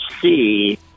see